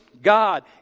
God